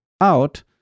out